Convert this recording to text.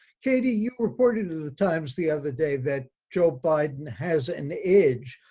katie, you reported to the times the other day that joe biden has an edge.